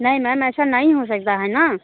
नहीं मैम ऐसा नहीं हो सकता है ना